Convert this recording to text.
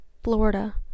Florida